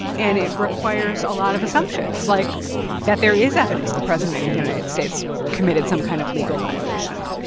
and it requires a lot of assumptions like that there is evidence that the president of the united states committed some kind of legal violation,